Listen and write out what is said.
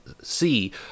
see